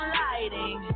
lighting